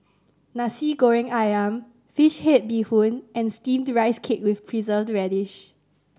Nasi Goreng Ayam fish head bee hoon and Steamed Rice Cake with Preserved Radish